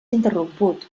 interromput